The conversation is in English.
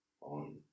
on